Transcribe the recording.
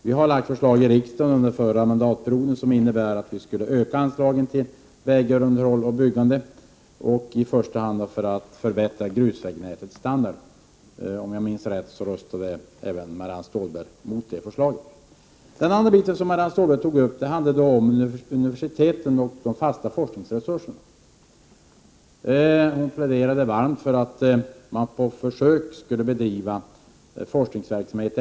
Vi i centerpartiet lade förra mandatperioden förslag i riksdagen som innebar ökade anslag till vägbyggande och underhåll, i första hand för att förbättra grusvägnätets standard. Om jag minns rätt röstade även Marianne Stålberg mot förslagen. En annan sak som Marianne Stålberg tog upp handlade om universiteten och de fasta forskningsresurserna. Hon pläderade varmt för att även de mindre högskolorna på försök skulle bedriva forskningsverksamhet.